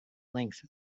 length